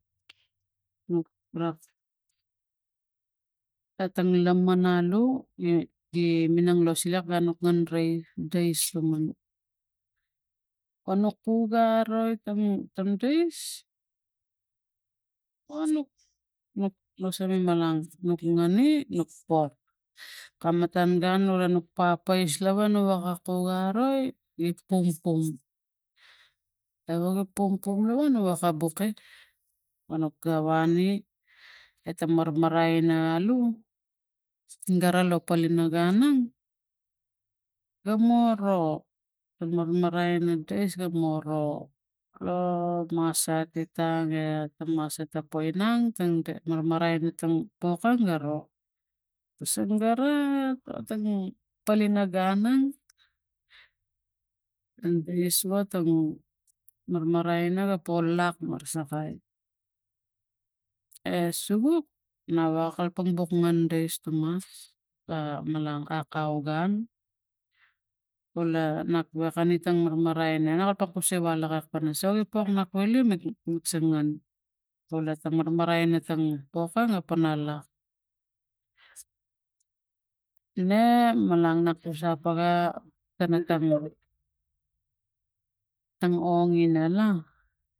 atang laman alu gi gi minang lo siak la nu ngan rai dais tuman o nuk puga aroi tam tamdais o nuk nuk sami malang nuk ngani nuk pok kam matang gun ura nu papa papais lava nuvaka kuga aroi ik pungpung e waka pungpung lava nuwa ka bugkai mano ga vani eta marmarai ina alum gara lo panilo gun aneng ga moro marmarai e dais ga moro lo masati tange ta masat i ponginang marmai tang pokan ga ro kasang gara atang poli na gun nangdais watang marmarai ina po lak marasakai e suvuk na wa kalapang buk nang dais tumas a malang akau gun ula wakani tang marmarai ina na kalapang kuse wala pana sogi pok lo kule nuk si sang ngan wewak ta marmarai la ina poge nuk pana wang lak ne malang na nu kusa paga mana tang tang ongina la.